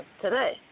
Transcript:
today